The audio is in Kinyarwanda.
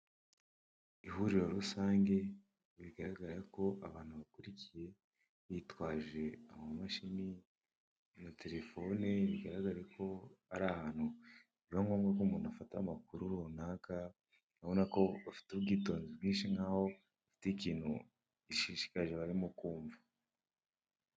Ihuriro rusange bigaragare ko abantu bakurikiye bitwaje amamashini, amaterefone bigaragara ko ari ahantu biba ngombwa ko umuntu afata amakuru runaka , urabona ko bafite ubwitonzi bwinshi nk'aho bafite ikintu gishishikaje barimo kumva.